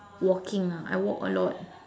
walking ah I walk a lot